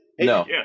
no